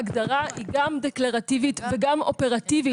ההגדרה היא גם דקלרטיבית וגם אופרטיבית.